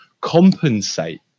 compensate